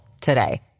today